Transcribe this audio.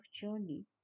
journey